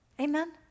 Amen